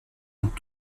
ont